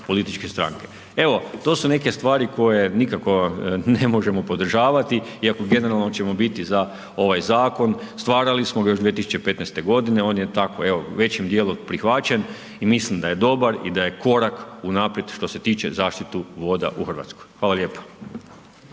političke stranke. Evo, to su neke stvari koje nikako ne možemo podržavati iako generalno ćemo biti za ovaj zakon, stvarali smo ga još 2015. godine, on je tako evo u većem dijelu prihvaćen i mislim da je korak u naprijed što se tiče zaštite voda u Hrvatskoj. Hvala lijepa.